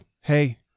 hey